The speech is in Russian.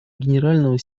генерального